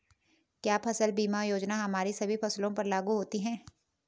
क्या फसल बीमा योजना हमारी सभी फसलों पर लागू होती हैं?